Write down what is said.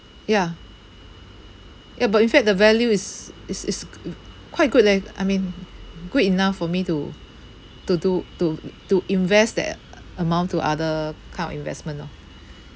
ya ya but in fact the value is is is quite good leh I mean good enough for me to to do to to invest that amount to other kind of investment lor